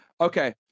okay